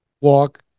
walk